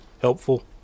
helpful